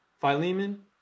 Philemon